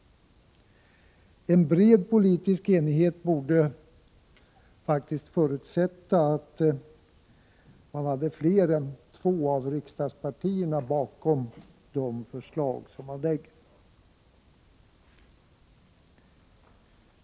En bred politisk enighet borde faktiskt förutsätta att fler än två av riksdagspartierna står bakom de förslag som man lägger fram.